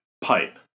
pipe